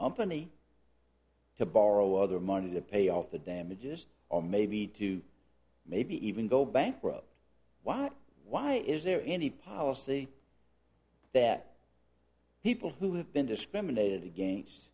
up any to borrow other money to pay off the damages or maybe to maybe even go bankrupt why not why is there any policy that people who have been discriminated against